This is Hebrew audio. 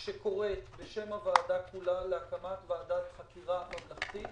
שקוראת בשם הוועדה כולה להקמת ועדת חקירה ממלכתית,